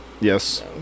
Yes